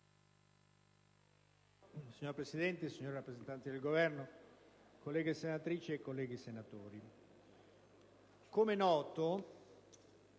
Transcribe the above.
Signor Presidente, signori rappresentanti del Governo, colleghe senatrici e colleghi senatori, com'è noto